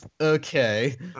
Okay